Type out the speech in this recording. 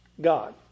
God